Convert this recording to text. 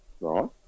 right